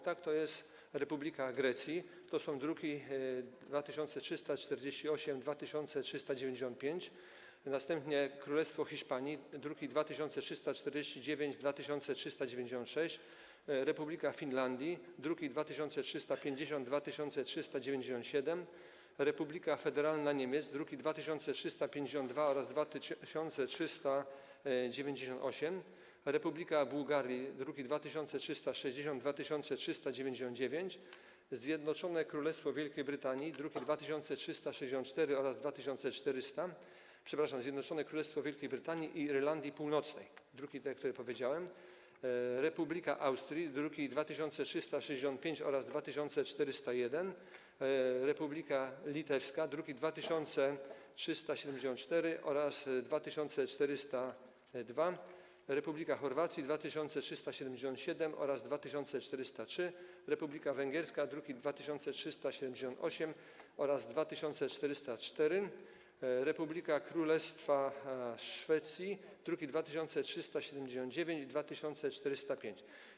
To są: Republika Grecji - druki nr 2348 i 2395, następnie Królestwo Hiszpanii - druki nr 2349 i 2396, Republika Finlandii - druki nr 2350 i 2397, Republika Federalna Niemiec - druki nr 2352 oraz 2398, Republika Bułgarii - druki nr 2360 i 2399, Zjednoczone Królestwo Wielkiej Brytanii - druki nr 2364 oraz 2400, przepraszam, Zjednoczone Królestwo Wielkiej Brytanii i Irlandii Północnej - te druki, które wymieniłem, Republika Austrii - druki nr 2365 oraz 2401, Republika Litewska - druki nr 2374 oraz 2402, Republika Chorwacji - druki nr 2375 oraz 2403, Republika Węgierska - druki nr 2378 oraz 2404, Królestwo Szwecji - druki nr 2379 i 2405.